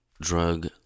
drug